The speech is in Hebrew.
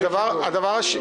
אדוני היושב-ראש,